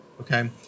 okay